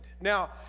Now